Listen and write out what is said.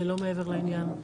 זה לא מעבר לעניין.